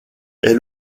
est